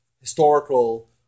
historical